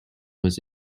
was